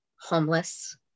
homeless